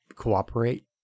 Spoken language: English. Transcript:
Cooperate